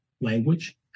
language